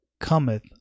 cometh